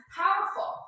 powerful